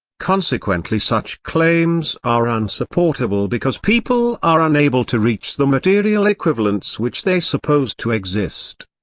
consequently such claims are unsupportable because people are unable to reach the material equivalents which they suppose to exist.